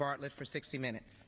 bartlett for sixty minutes